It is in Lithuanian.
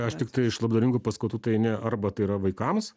aš tiktai iš labdaringų paskatų tai ne arba tai yra vaikams